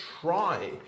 try